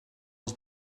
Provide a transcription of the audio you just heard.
els